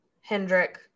hendrick